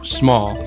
small